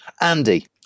Andy